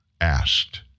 asked